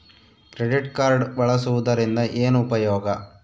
Credit card ಬಳಸುವದರಿಂದ ಏನು ಉಪಯೋಗ?